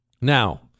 Now